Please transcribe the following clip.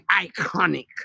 iconic